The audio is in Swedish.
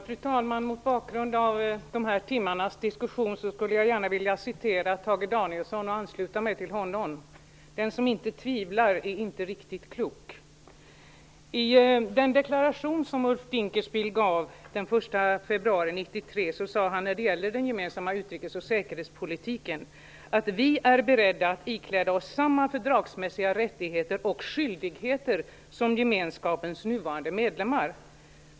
Fru talman! Mot bakgrund av de senaste timmarnas diskussion skulle jag gärna vilja ansluta mig till Tage Danielsson när han säger: Den som inte tvivlar är inte riktigt klok. februari 1993 sade han, när det gäller den gemensamma utrikes och säkerhetspolitiken, att vi är beredda att ikläda oss samma fördragsmässiga rättigheter och skyldigheter som gemenskapens nuvarande medlemmar.